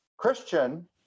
Christian